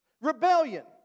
Rebellion